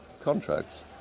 contracts